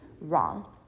wrong